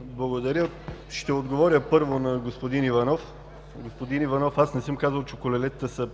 Благодаря. Ще отговоря първо на господин Иванов. Господин Иванов, аз не съм казал, че колелетата са